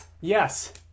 Yes